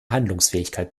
handlungsfähigkeit